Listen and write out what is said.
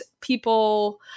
people